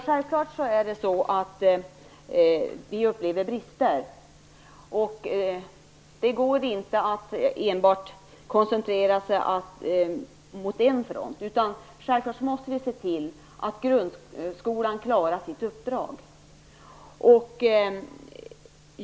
Herr talman! Självklart upplever vi brister, och vi kan inte koncentrera oss enbart på en front. Vi måste naturligtvis se till att grundskolan klarar sitt uppdrag.